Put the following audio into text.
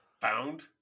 found